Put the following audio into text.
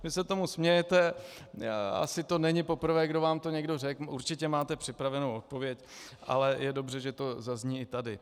Vy se tomu smějete, asi to není poprvé, kdy vám to někdo řekl, určitě máte připravenou odpověď, ale je dobře, že to zazní i tady.